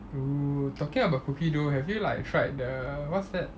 oo talking about cookie dough have you like tried the what's that